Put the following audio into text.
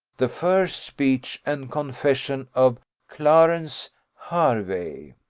the first speech and confession of clarence hervey.